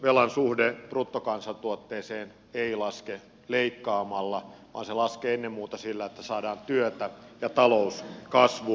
valtionvelan suhde bruttokansantuotteeseen ei laske leikkaamalla vaan se laskee ennen muuta sillä että saadaan työtä ja talouskasvua